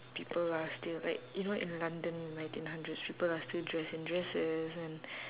people are still like you know in london in nineteen hundreds people are still dressed in dresses and